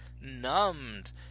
numbed